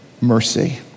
mercy